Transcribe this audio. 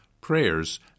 prayers